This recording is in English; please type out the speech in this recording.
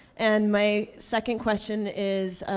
and my second question is